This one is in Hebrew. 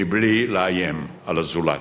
מבלי לאיים על הזולת.